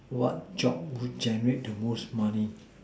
what job would generate the most money